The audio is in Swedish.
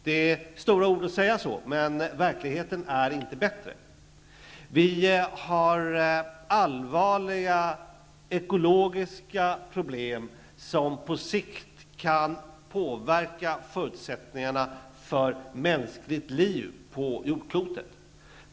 Det är stora ord, men verkligheten är inte bättre. Vi har allvarliga ekologiska problem som på sikt kan påverka förutsättningarna för mänskligt liv på jordklotet.